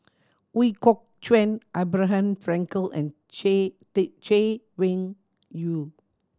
Ooi Kok Chuen Abraham Frankel and Chay Weng Yew